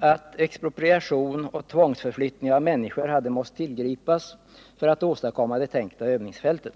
att expropriation och tvångsförflyttning av människor hade måst tillgripas för att åstadkomma det tänkta övningsfältet.